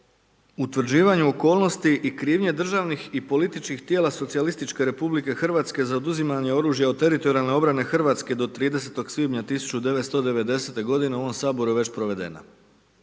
o utvrđivanju okolnosti i krivnje državnih i političkih tijela socijalističke Republike Hrvatske za oduzimanje oružja od teritorijalne obrane Hrvatske do 30. svibnja 1990. g. u ovom Saboru je već provedeno.